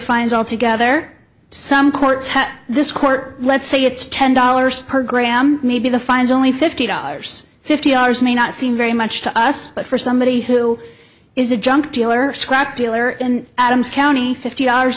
fines altogether some courts have this court let's say it's ten dollars per gram maybe the fine is only fifty dollars fifty ours may not seem very much to us but for somebody who is a junk dealer scrap dealer in adams county fifty dollars